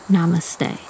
Namaste